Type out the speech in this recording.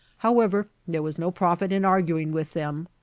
however, there was no profit in arguing with them,